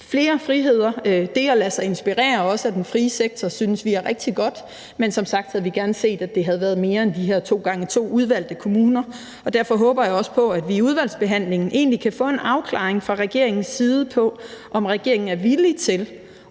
Flere friheder og det at lade sig inspirere også af den frie sektor synes vi er rigtig godt, men som sagt havde vi gerne set, at det havde været mere end de her to gange to udvalgte kommuner. Og derfor håber jeg også på, at vi i udvalgsbehandlingen egentlig kan få en afklaring fra regeringens side på, om regeringen er villig til